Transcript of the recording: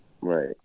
Right